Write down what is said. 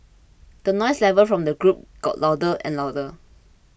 the noise level from the group got louder and louder